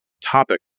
topic